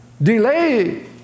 Delay